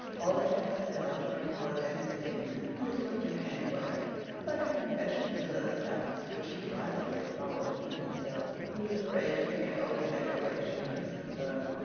all attempts failed to bring forth any statement which looked in any way like a confession to those doubts which he privately acknowledged in himself. he was afraid to make an open declaration of his concern,